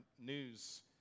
news